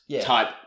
type